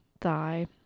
thigh